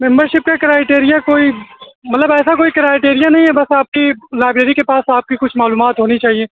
ممبر شپ کا کرائٹیریا کوئی مطلب ایسا کوئی کرائٹیریا نہیں ہے بس آپ کی لائبریری کے پاس آپ کی کچھ معلومات ہونی چاہیے